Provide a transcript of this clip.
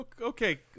Okay